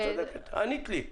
ענית לי.